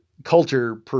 culture